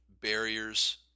barriers